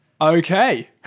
Okay